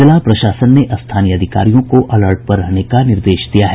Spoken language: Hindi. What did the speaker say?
जिला प्रशासन ने स्थानीय अधिकारियों को अलर्ट पर रहने का निर्देश दिया है